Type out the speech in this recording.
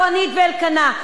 אורנית ואלקנה.